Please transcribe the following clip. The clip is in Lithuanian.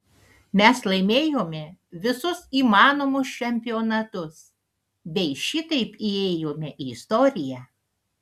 mes laimėjome visus įmanomus čempionatus bei šitaip įėjome į istoriją